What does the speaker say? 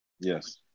Yes